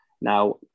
Now